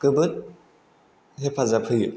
जोबोर हेफाजाब होयो